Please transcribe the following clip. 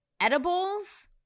edibles